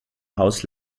haus